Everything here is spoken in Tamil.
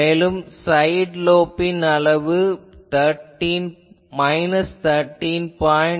மேலும் சைட் லோப்பின் அளவு 13